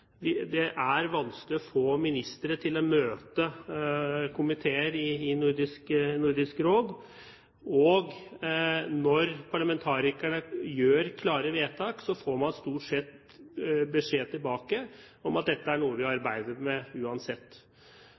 Det er vanskelig å få ministre til å møte komiteer i Nordisk Råd, og når parlamentarikerne gjør klare vedtak, får man stort sett beskjed tilbake om at dette er noe vi arbeider med, uansett.